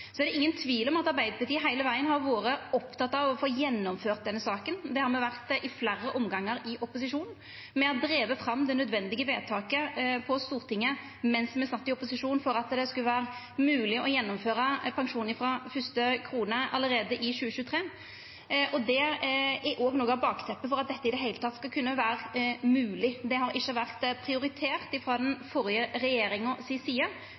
er ingen tvil om at Arbeidarpartiet heile vegen har vore oppteke av å få gjennomført denne saka. Det har me vore i fleire omgangar i opposisjon. Me har drive fram det nødvendige vedtaket på Stortinget mens me sat i opposisjon, for at det skulle vera mogleg å gjennomføra pensjon frå fyrste krone allereie i 2023. Noko av bakteppet for at dette i det heile skal kunna vera mogleg – det har ikkje vore prioritert av den førre regjeringa